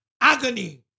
agony